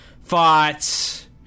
fought